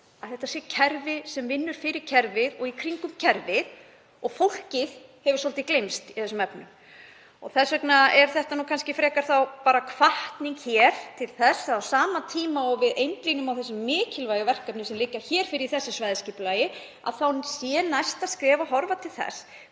að þetta sé kerfi sem vinnur fyrir kerfið og í kringum kerfið og að fólkið hafi svolítið gleymst í þeim efnum. Þess vegna er þetta kannski frekar hvatning til þess að á sama tíma og við einblínum á þau mikilvægu verkefni sem liggja fyrir hér í þessu svæðisskipulagi sé næsta skref að horfa til þess